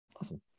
Awesome